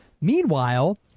meanwhile